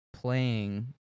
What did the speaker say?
playing